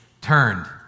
turned